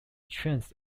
trends